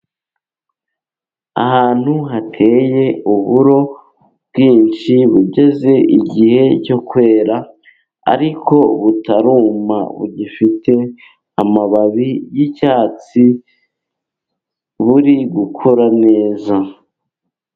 Ahantu hateye uburo bwinshi bugeze igihe cyo kwera, ariko butaruma bugifite amababi y'icyatsi, buri gukora neza.